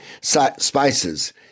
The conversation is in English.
spices